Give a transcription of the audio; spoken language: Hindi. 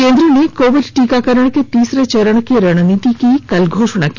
केन्द्र ने कोविड टीकाकरण के तीसरे चरण की रणनीति की कल घोषणा की